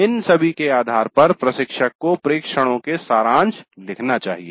इन सभी के आधार पर प्रशिक्षक को प्रेक्षणों के सारांश लिखना चाहिए